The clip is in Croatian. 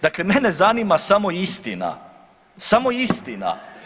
Dakle, mene zanima samo istina, samo istina.